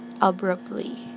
abruptly